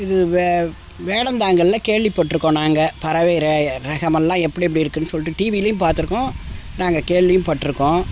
இது வே வேடந்தாங்கலில் கேள்விப்பட்டிருக்கோம் நாங்கள் பறவை ரெ ரகமெல்லாம் எப்படி எப்படி இருக்குதுன்னு சொல்லிட்டு டிவிலையும் பார்த்துருக்கோம் நாங்கள் கேள்வியும்பட்டிருக்கோம்